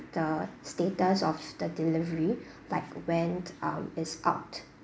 the status of the delivery like when um it's out